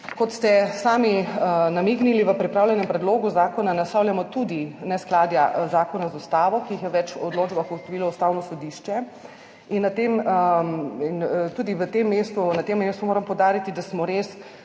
Kot ste sami namignili, v pripravljenem predlogu zakona naslavljamo tudi neskladja zakona z ustavo, ki jih je v več odločbah ugotovilo Ustavno sodišče. Tudi na tem mestu moram poudariti, da smo res